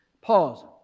Pause